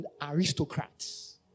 aristocrats